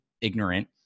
ignorant